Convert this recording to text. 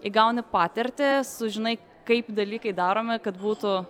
įgauni patirtį sužinai kaip dalykai daromi kad būtų